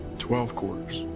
twelve quarters.